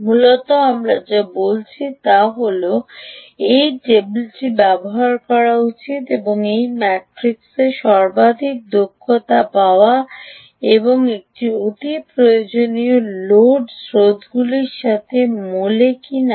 মূলত আমরা যা বলছি তা হল এই টেবিলটি ব্যবহার করা উচিত এবং এই ম্যাট্রিক্সে সর্বাধিক দক্ষতা পাওয়া যায় এবং এটি প্রয়োজনীয় লোড স্রোতগুলির সাথে মেলে কিনা